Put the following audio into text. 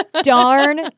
darn